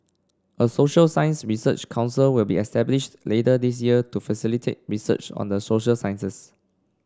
a social science research council will be established later this year to facilitate research on the social sciences